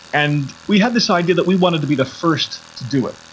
and we had this idea that we wanted to be the first to do it,